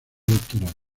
doctorado